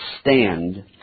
stand